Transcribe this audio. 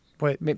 wait